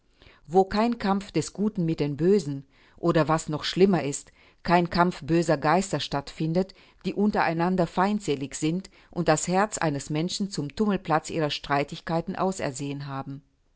wo kein kampf des guten mit den bösen oder was noch schlimmer ist kein kampf böser geister statt findet die untereinander feindselig sind und das herz eines menschen zum tummelplatz ihrer streitigkeiten ausersehen haben